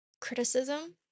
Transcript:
criticism